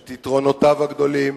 את יתרונותיו הגדולים,